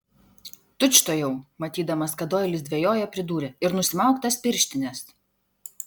tučtuojau matydamas kad doilis dvejoja pridūrė ir nusimauk tas pirštines